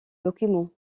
document